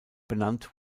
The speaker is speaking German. benannt